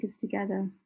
together